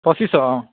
পঁচিছশ অঁ